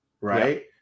right